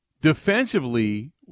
defensively